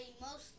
mostly